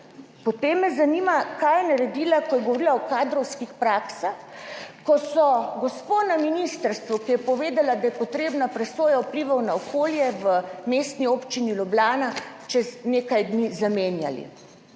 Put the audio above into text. Potem me zanima, kaj je naredila, ko je govorila o kadrovskih praksah, ko so gospo na ministrstvu, ki je povedala, da je potrebna presoja vplivov na okolje v Mestni občini Ljubljana čez nekaj dni zamenjali,